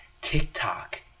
TikTok